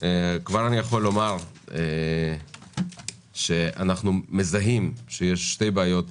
אני יכול לומר שאנחנו מזהים שיש שתי בעיות